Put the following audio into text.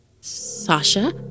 Sasha